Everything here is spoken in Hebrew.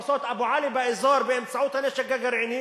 "עושות אבו עלי" באזור באמצעות הנשק הגרעיני,